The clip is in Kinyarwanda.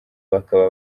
bakaba